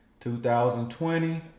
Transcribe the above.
2020